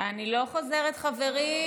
את חוזרת, אני לא חוזרת, חברים.